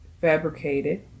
fabricated